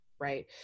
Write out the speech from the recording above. right